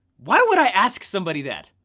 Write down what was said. why would i ask somebody that?